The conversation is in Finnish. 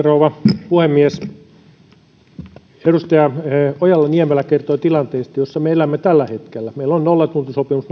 rouva puhemies edustaja ojala niemelä kertoi tilanteesta jossa me elämme tällä hetkellä meillä on nollatuntisopimus